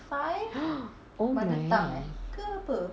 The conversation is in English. oh my